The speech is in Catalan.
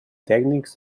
tècnics